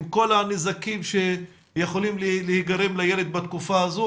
עם כל הנזקים שיכולים להיגרם לילד בתקופה הזאת,